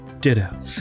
Ditto